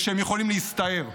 ושהם יכולים להסתער.